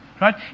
right